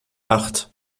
acht